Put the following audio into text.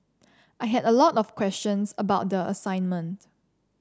I had a lot of questions about the assignment